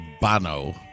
Bono